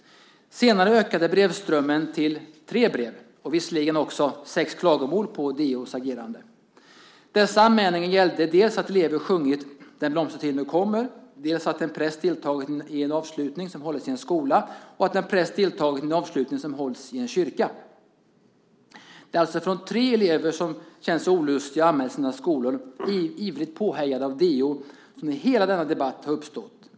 Senare ökade brevströmmen till tre brev, och visserligen också sex klagomål på DO:s agerande. Dessa anmälningar gällde dels att elever sjungit Den blomstertid nu kommer , dels att en präst deltagit i en avslutning som hållits i en skola, dels att en präst deltagit i en avslutning som hållits i en kyrka. Det är alltså genom tre elever som känt sig olustiga till mods och anmält sina skolor - ivrigt påhejade av DO - som hela denna debatt har uppstått.